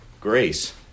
grace